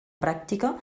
pràctica